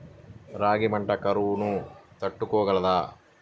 రాగి పంట కరువును తట్టుకోగలదా?